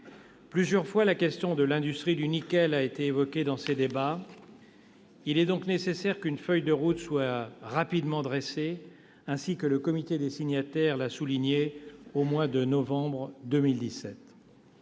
Plusieurs fois, la question de l'industrie du nickel a été évoquée dans ces débats. Il est donc nécessaire qu'une feuille de route soit rapidement dressée, ainsi que le comité des signataires l'a souligné au mois de novembre 2017.